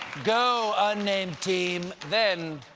go, unnamed team! then,